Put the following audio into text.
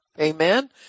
amen